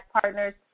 Partners